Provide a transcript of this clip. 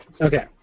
Okay